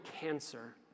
cancer